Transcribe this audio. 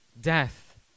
death